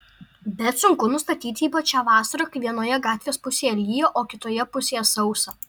bet sunku nustatyti ypač šią vasarą kai vienoje gatvės pusėje lyja o kitoje pusėje sausa